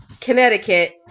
Connecticut